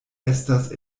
estas